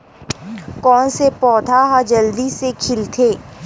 कोन से पौधा ह जल्दी से खिलथे?